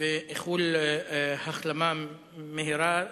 ואיחולי החלמה מהירה,